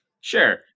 Sure